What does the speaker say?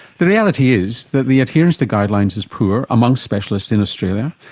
the reality is that the adherence to guidelines is poor amongst specialists in australia,